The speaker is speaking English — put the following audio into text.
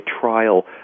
trial